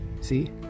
See